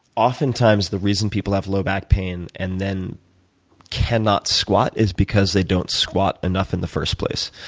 oftentimes, the reason people have low back pain and then cannot squat is because they don't squat enough in the first place.